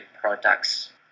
products